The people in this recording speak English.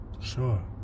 sure